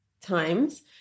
times